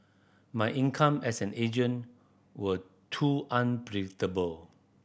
my income as an agent was too unpredictable